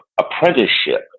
apprenticeship